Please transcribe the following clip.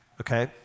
okay